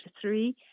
three